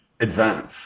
advance